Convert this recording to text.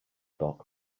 doc